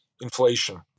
inflation